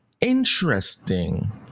interesting